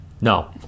no